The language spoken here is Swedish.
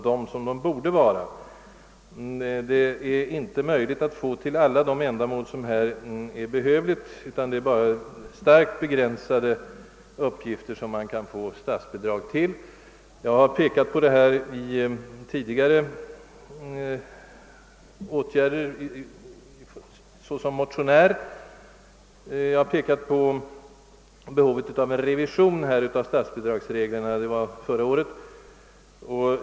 Det är f.n. inte möjligt att få bidrag till alla behövliga ändamål utan bara till starkt begränsade delar av hamnarrangemangen för fritidsbåtar. Jag har som motionär tidigare pekat på detta förhållande. Jag riktade sålunda redan förra året uppmärksamheten på behovet av en revision av statsbidragsreglerna.